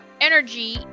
energy